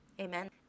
Amen